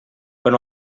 quan